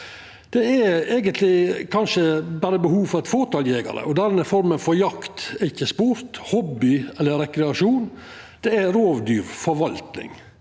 Det er eigentleg kanskje berre behov for eit fåtal jegerar, og denne forma for jakt er ikkje sport, hobby eller rekreasjon, det er rovdyrforvaltning.